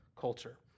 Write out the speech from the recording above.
culture